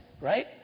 Right